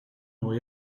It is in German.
neu